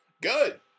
Good